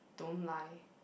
don't lie